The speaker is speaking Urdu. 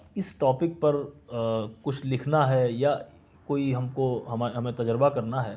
اِس ٹاپک پر کچھ لکھنا ہے یا کوئی ہم کو ہمیں تجربہ کرنا ہے